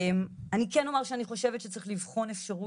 אני כן אומר שאני חושבת שצריך לבחון אפשרות,